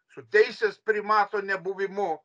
su teisės primato nebuvimu